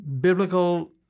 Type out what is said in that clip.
biblical